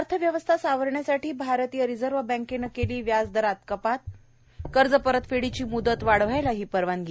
अर्थव्यवस्था सावरण्यासाठी भारतीय रिझर्व बँकेनं केली व्याजदरात कपात कर्ज परतफेडीची म्दत वाढवायलाही परवानगी